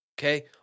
Okay